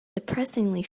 depressingly